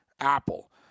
Apple